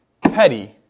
Petty